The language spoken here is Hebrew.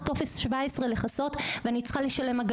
טופס 17 ואני צריכה גם לשלם ---,